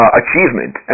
achievement